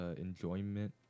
enjoyment